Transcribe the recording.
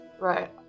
Right